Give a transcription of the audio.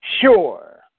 Sure